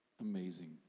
Amazing